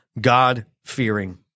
God-fearing